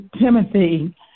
Timothy